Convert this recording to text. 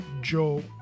Joe